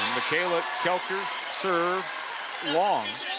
mckayla koelker served long